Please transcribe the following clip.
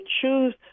choose